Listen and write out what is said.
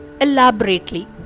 elaborately